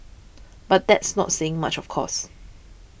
but that's not saying much of course